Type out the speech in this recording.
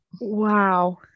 Wow